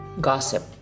gossip